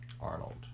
Arnold